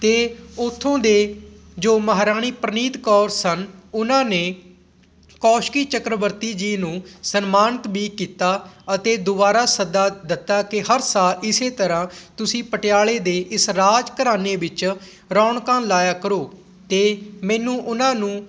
ਅਤੇ ਉੱਥੋਂ ਦੇ ਜੋ ਮਹਾਰਾਣੀ ਪ੍ਰਨੀਤ ਕੌਰ ਸਨ ਉਹਨਾਂ ਨੇ ਕੌਸ਼ਕੀ ਚੱਕਰਵਰਤੀ ਜੀ ਨੂੰ ਸਨਮਾਨਿਤ ਵੀ ਕੀਤਾ ਅਤੇ ਦੁਬਾਰਾ ਸੱਦਾ ਦਿੱਤਾ ਕਿ ਹਰ ਸਾਲ ਇਸੇ ਤਰ੍ਹਾਂ ਤੁਸੀਂ ਪਟਿਆਲੇ ਦੇ ਇਸ ਰਾਜ ਘਰਾਣੇ ਵਿੱਚ ਰੌਣਕਾਂ ਲਾਇਆ ਕਰੋ ਅਤੇ ਮੈਨੂੰ ਉਹਨਾਂ ਨੂੰ